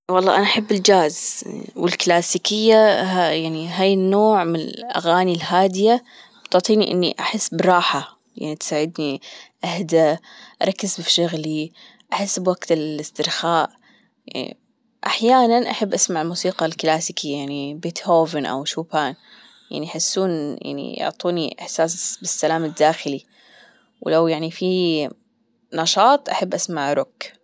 والله أنا أحب الجاز والكلاسيكية يعني هاي النوع من الأغاني الهادية بتعطيني إني أحس بالراحة يعني تساعدني أهدأ أركز في شغلي أحس بوقت الاسترخاء أحيانا أحب اسمع الموسيقى الكلاسيكية يعني بيتهوفن او شوبان يعني يحسون يعني يعطوني إحساس بالسلام الداخلي ولو يعني في نشاط أحب أسمع روك.